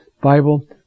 Bible